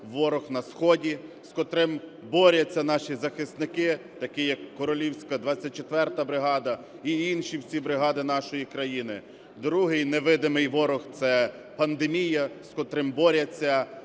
ворог на сході, з котрим борються наші захисники такі як королівська 24-а бригада і інші всі бригади нашої країни. Другий невидимий ворог – це пандемія, з котрим борються